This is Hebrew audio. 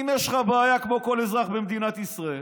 אם יש לך בעיה, כמו כל אזרח במדינת ישראל,